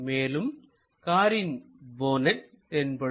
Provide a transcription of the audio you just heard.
மேலும் காரின் போனட் தென்படும்